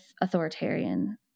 authoritarian